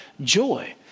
joy